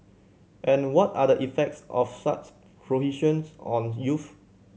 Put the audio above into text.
and what are the effects of such on youths